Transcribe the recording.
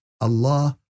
Allah